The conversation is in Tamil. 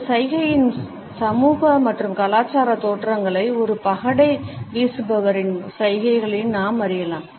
இந்த சைகையின் சமூக மற்றும் கலாச்சார தோற்றங்களை ஒரு பகடை வீசுபவரின் சைகைகளில் நாம் அறியலாம்